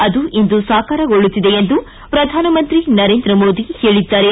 ಅದು ಇಂದು ಸಾಕಾರಗೊಳ್ಳುತ್ತಿದೆ ಎಂದು ಪ್ರಧಾನಮಂತ್ರಿ ನರೇಂದ್ರ ಮೋದಿ ಹೇಳಿದ್ದಾರೆ